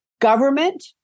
government